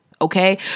okay